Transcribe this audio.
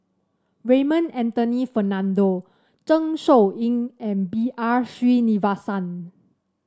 Raymond Anthony Fernando Zeng Shouyin and B R Sreenivasan